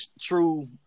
true